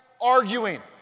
arguing